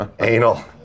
anal